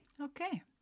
okay